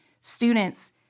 students